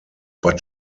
but